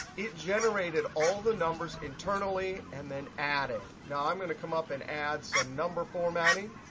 it generated all the numbers internally, and then added. now, i'm going to come up and add some number formatting.